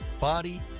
body